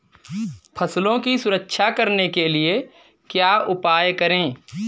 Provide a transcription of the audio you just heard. फसलों की सुरक्षा करने के लिए क्या उपाय करें?